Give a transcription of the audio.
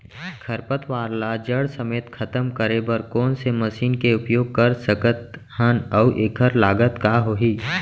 खरपतवार ला जड़ समेत खतम करे बर कोन से मशीन के उपयोग कर सकत हन अऊ एखर लागत का होही?